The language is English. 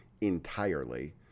entirely